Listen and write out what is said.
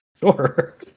sure